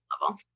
level